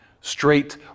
straight